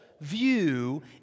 view